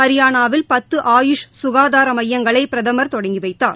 ஹரியானாவில் பத்து ஆயூஷ் சுகாதார மையங்களை பிரதமர் தொடங்கி வைத்தார்